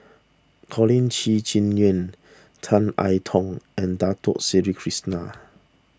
Colin Qi Zhe Quan Tan I Tong and Dato Sri Krishna